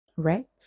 right